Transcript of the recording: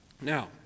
Now